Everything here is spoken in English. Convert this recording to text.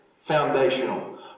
foundational